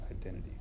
identity